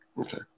okay